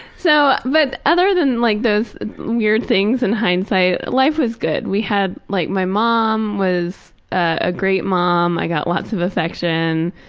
so but other than like those weird things in hindsight, life was good. we had like my mom was a great mom. i got lots of affection.